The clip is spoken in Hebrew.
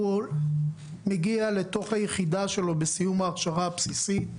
הוא מגיע לתוך היחידה שלו בסיום ההכשרה הבסיסי.